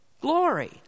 glory